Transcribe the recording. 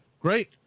great